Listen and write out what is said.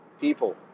people